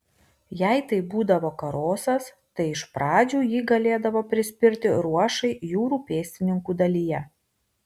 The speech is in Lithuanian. jei tai būdavo karosas tai iš pradžių jį galėdavo prispirti ruošai jūrų pėstininkų dalyje